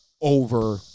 over